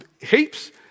heaps